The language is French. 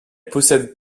possède